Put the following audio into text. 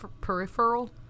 peripheral